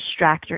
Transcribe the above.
distractor